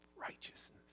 righteousness